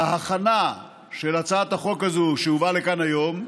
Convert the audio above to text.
בהכנה של הצעת החוק הזו שהובאה לכאן היום,